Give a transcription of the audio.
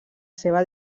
seva